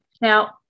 Now